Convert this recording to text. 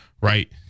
right